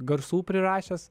garsų prirašęs